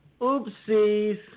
Oopsies